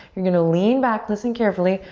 you're gonna lean back, listen carefully,